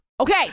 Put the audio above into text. Okay